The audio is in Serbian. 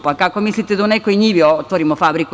Pa, kako mislite da u nekoj njivi otvorimo fabriku?